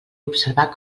observar